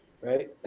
right